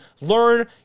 learn